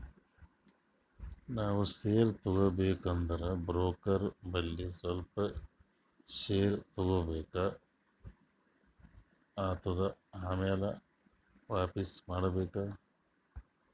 ನಾವ್ ಶೇರ್ ತಗೋಬೇಕ ಅಂದುರ್ ಬ್ರೋಕರ್ ಬಲ್ಲಿ ಸ್ವಲ್ಪ ಶೇರ್ ತಗೋಬೇಕ್ ಆತ್ತುದ್ ಆಮ್ಯಾಲ ವಾಪಿಸ್ ಮಾಡ್ಬೇಕ್